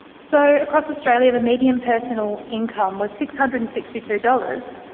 so across australia, the median personal income was six hundred and sixty two dollars,